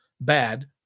bad